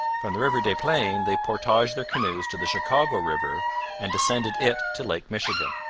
from the river des plaines they portaged their canoes to the chicago river and descended it to lake michigan.